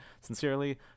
Sincerely